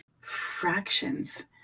fractions